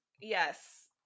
Yes